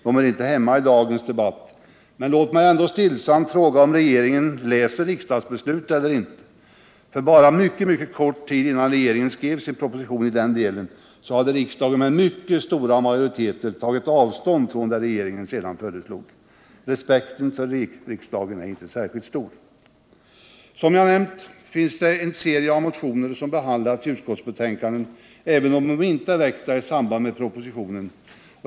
Detta hör inte hemma i dagens debatt, men låt mig ändå stillsamt fråga om regeringen läser riksdagsbesluten. Mycket kort tid innan regeringen skrev sin proposition i denna del, hade riksdagen med stora majoriteter tagit avstånd från det regeringen sedan föreslog. Respekten för riksdagen är inte särskilt stor. Som jag förut nämnde finns en serie av motioner som behandlas i utskottsbetänkandet, även om de inte är väckta i samband med propositionen.